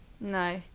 No